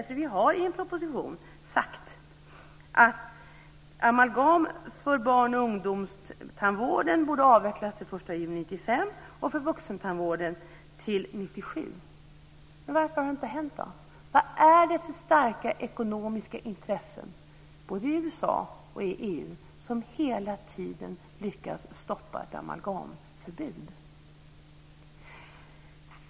Det har ju sagts i en proposition att amalgam för barn och ungdomstandvården borde avvecklas till den 1 juni 1995 och för vuxentandvården till 1997. Så varför har det inte hänt? Vad är det för starka ekonomiska intressen, både i USA och i EU, som hela tiden lyckas stoppa ett amalgamförbud?